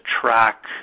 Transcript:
track